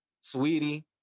sweetie